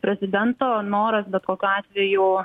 prezidento noras bet kokiu atveju